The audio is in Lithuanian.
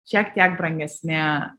šiek tiek brangesni